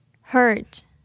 Hurt